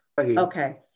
Okay